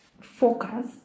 focus